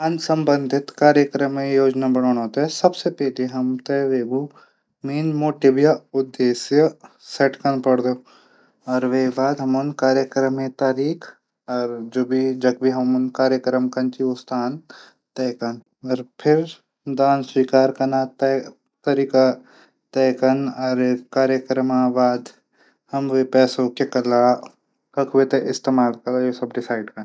दान सम्बन्धी कार्यक्रम योजना बणोणे थै सबसे हमथे मेन मोटिव या उदेश्य सैट कन पुडदू अर वेक बाद कार्यक्रम तारीख जख भी हमन कार्यक्रम कन फिर दान स्वीकार कन तरीका तय कन। कार्यक्रम बाद वै पैसो क्या कला। कख इस्तेमाल कला इ सब। ऊ मै रनिंग टैम पर पैनूद एक अलावा मीमा फोरमल सूज भी छिन। ऊथै मी मिंटींग मा या शादी फंक्शन मा पैनदू।